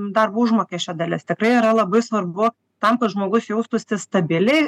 darbo užmokesčio dalis tikrai yra labai svarbu tam kad žmogus jaustųsi stabiliai